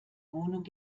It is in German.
wohnung